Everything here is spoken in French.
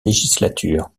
législature